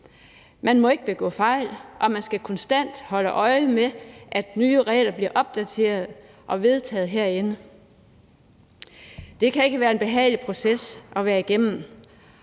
Man må ikke begå fejl, og man skal konstant holde øje med nye regler, der bliver opdateret og vedtaget herinde. Det kan ikke have været en behagelig proces at have været igennem,